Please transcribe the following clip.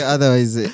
Otherwise